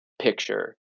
picture